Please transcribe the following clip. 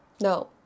No